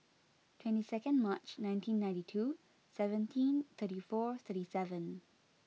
twenty second March nineteen ninety two seventeen thirty four thirty seven